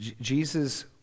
Jesus